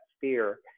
fear